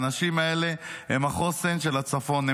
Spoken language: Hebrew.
האנשים האלה הם החוסן של הצפון.